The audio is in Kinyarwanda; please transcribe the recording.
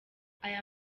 aya